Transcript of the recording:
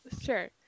sure